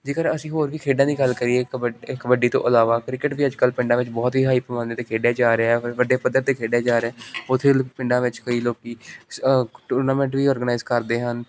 ਜੇਕਰ ਅਸੀਂ ਹੋਰ ਵੀ ਖੇਡਾਂ ਦੀ ਗੱਲ ਕਰੀਏ ਕਬੱਡ ਕਬੱਡੀ ਤੋਂ ਇਲਾਵਾ ਕ੍ਰਿਕਟ ਵੀ ਅੱਜ ਕੱਲ੍ਹ ਪਿੰਡਾਂ ਵਿੱਚ ਬਹੁਤ ਹੀ ਹਾਈ ਪੈਮਾਨੇ 'ਤੇ ਖੇਡਿਆ ਜਾ ਰਿਹਾ ਵੱਡੇ ਪੱਧਰ 'ਤੇ ਖੇਡਿਆ ਜਾ ਰਿਹਾ ਉੱਥੇ ਪਿੰਡਾਂ ਵਿੱਚ ਕਈ ਲੋਕੀ ਟੂਰਨਾਮੈਂਟ ਵੀ ਆਰਗਨਾਈਜ਼ ਕਰਦੇ ਹਨ